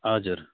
हजुर